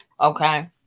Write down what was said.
Okay